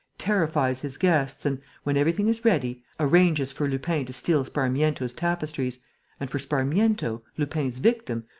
terrifies his guests and, when everything is ready, arranges for lupin to steal sparmiento's tapestries and for sparmiento, lupin's victim,